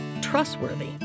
trustworthy